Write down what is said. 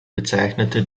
bezeichnete